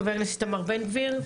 חבר הכנסת איתמר בן גביר.